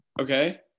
Okay